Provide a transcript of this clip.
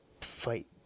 fight